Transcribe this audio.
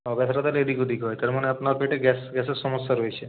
ও ব্যথাটা তাহলে এদিক ওদিক হয় তার মানে আপনার পেটে গ্যাস গ্যাসের সমস্যা রয়েছে